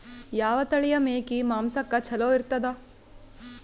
ಯಾವ ತಳಿಯ ಮೇಕಿ ಮಾಂಸಕ್ಕ ಚಲೋ ಇರ್ತದ?